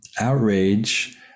outrage